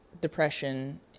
depression